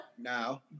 now